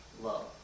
love